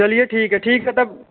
चलिए ठीक है ठीक है तब